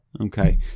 Okay